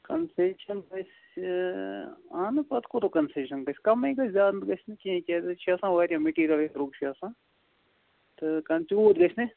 concession گَژھِ اَہن پتہٕ کوتوٗ کنسیٚشن گَژھِ کَمٕے گَژھِ زیادٕ گژھِ نہٕ کیٚنٛہہ کیٛازِ أسۍ چھِ آسان واریاہ مِٹیٖرل ہَے درٛۅگ چھُ آسان تہٕ کن تیٛوٗت گَژھِ نہٕ